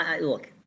look